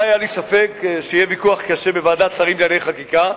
לא היה לי ספק שיהיה ויכוח קשה בוועדת שרים לענייני חקיקה,